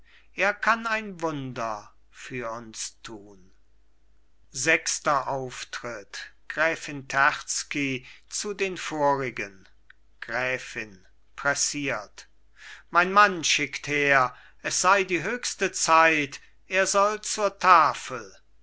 er kann ein wunder für uns tun sechster auftritt gräfin terzky zu den vorigen gräfin pressiert mein mann schickt her es sei die höchste zeit er soll zur tafel